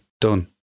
Done